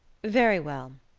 very well.